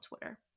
twitter